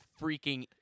freaking